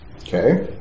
Okay